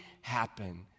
happen